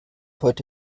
heute